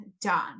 done